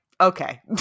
Okay